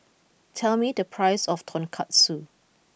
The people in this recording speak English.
tell me the price of Tonkatsu